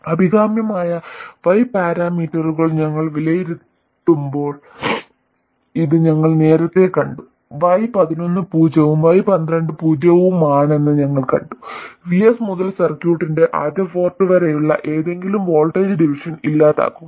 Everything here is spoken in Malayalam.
അഭികാമ്യമായ y പാരാമീറ്ററുകൾ ഞങ്ങൾ വിലയിരുത്തിയപ്പോൾ ഇത് ഞങ്ങൾ നേരത്തെ കണ്ടു Y11 പൂജ്യവും Y12 പൂജ്യവുമാണെന്ന് ഞങ്ങൾ കണ്ടു VS മുതൽ സർക്യൂട്ടിന്റെ ആദ്യ പോർട്ട് വരെയുള്ള ഏതെങ്കിലും വോൾട്ടേജ് ഡിവിഷൻ ഇല്ലാതാക്കുക